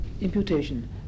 imputation